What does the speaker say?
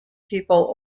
people